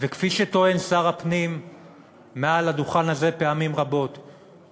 וכפי שטוען שר הפנים מעל הדוכן הזה פעמים רבות,